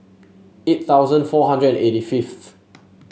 eight thousand four hundred and eighty fifth